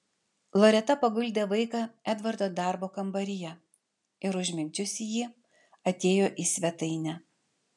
loreta paguldė vaiką edvardo darbo kambaryje ir užmigdžiusi jį atėjo į svetainę